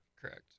Correct